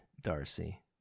Darcy